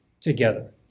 together